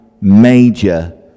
major